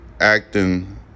acting